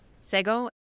Sego